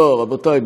רבותיי,